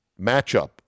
matchup